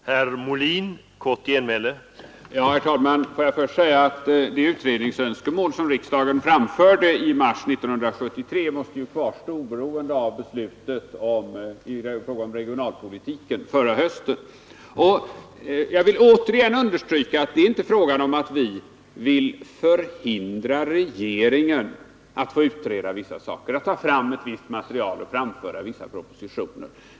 Herr talman! Får jag först säga att det utredningsönskemål som riksdagen framförde i mars 1973 kvarstår oberoende av beslutet om regionalpolitiken förra hösten. Jag vill återigen understryka att det inte är fråga om att vi vill hindra regeringen att utreda vissa saker och ta fram visst material eller framföra vissa propositioner.